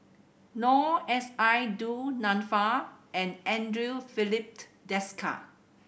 Noor S I Du Nanfa and Andre Filipe Desker